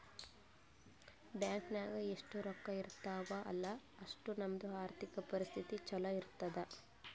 bank ನಾಗ್ ಎಷ್ಟ ರೊಕ್ಕಾ ಇರ್ತಾವ ಅಲ್ಲಾ ಅಷ್ಟು ನಮ್ದು ಆರ್ಥಿಕ್ ಪರಿಸ್ಥಿತಿ ಛಲೋ ಇರ್ತುದ್